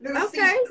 Okay